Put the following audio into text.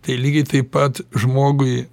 tai lygiai taip pat žmogui